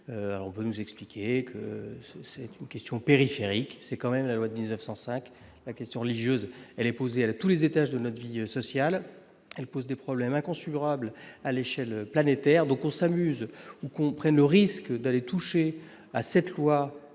on va nous expliquer que c'est une question périphérique, c'est quand même la loi 1905 la question religieuse, elle est posée à tous les étages de notre vie sociale, elle pose des problèmes un consul râble à l'échelle planétaire, donc on s'amusent ou comprennent le risque d'aller toucher à cette loi sur